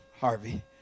Harvey